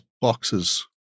boxes